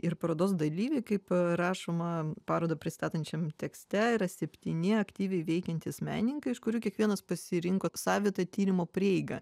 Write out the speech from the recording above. ir parodos dalyviai kaip rašoma parodą pristatančiam tekste yra septyni aktyviai veikiantys menininkai iš kurių kiekvienas pasirinko savitą tyrimo prieigą